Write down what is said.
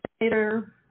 later